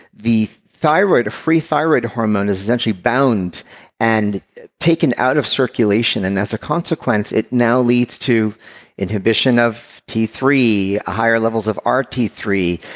the free thyroid hormone is essentially bound and taken out of circulation, and as a consequence it now leads to inhibition of t three, higher levels of r t three.